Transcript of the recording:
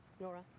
Nora